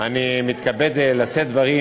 אני מתכבד לשאת דברים